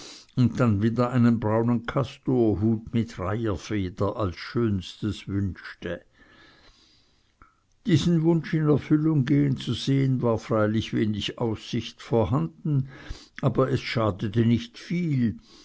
und dann wieder einen braunen kastorhut mit reiherfeder als schönstes wünschte diesen wunsch in erfüllung gehen zu sehen war freilich wenig aussicht vorhanden aber es schadete nicht viel